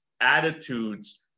attitudes